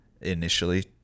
initially